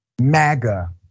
MAGA